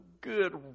good